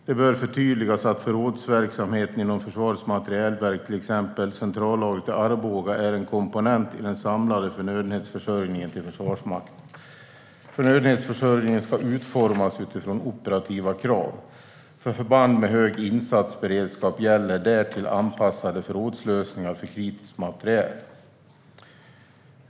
Det bör förtydligas att förrådsverksamheten inom Försvarets materielverk, till exempel centrallagret i Arboga, är en komponent i den samlade förnödenhetsförsörjningen till Försvarsmakten. Förnödenhetsförsörjningen ska utformas utifrån operativa krav. För förband med hög insatsberedskap gäller därtill anpassade förrådslösningar för kritisk materiel.